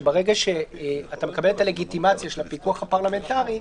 שברגע שאתה מקבל את הלגיטימציה של הפיקוח הפרלמנטרי,